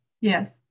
Yes